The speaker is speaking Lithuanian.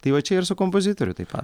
tai va čia ir su kompozitoriu taip pat